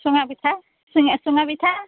চুঙা পিঠা চুঙা চুঙা পিঠা